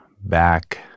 back